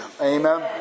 amen